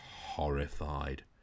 horrified